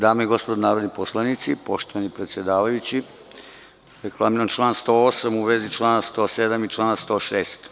Dame i gospodo narodni poslanici, poštovani predsedavajući, reklamiram član 108, a u vezi člana 107. i člana 106.